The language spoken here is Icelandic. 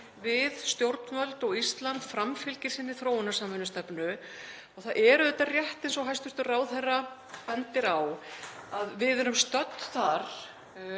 við, stjórnvöld, og Ísland framfylgir sinni þróunarsamvinnustefnu. Það er auðvitað rétt sem hæstv. ráðherra bendir á að við erum stödd þar